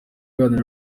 aganira